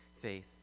faith